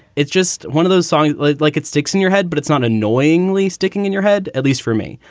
it's just one of those songs like it sticks in your head, but it's on annoyingly sticking in your head, at least for me.